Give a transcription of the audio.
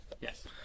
Yes